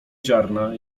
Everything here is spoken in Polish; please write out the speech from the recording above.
ziarna